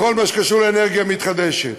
בכל מה שקשור לאנרגיה מתחדשת.